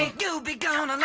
you but